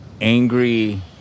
angry